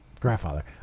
grandfather